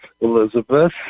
Elizabeth